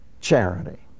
charity